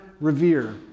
revere